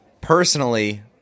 personally